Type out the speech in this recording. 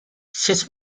sut